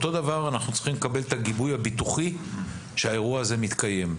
באותה מידה אנחנו צריכים לקבל את הגיבוי הביטוחי שהאירוע הזה מתקיים.